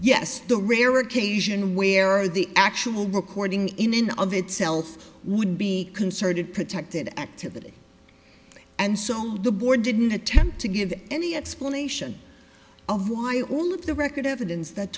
yes the rare occasion where are the actual recording in in of itself would be concerted protected activity and so now the board didn't attempt to give any explanation of why only of the record evidence that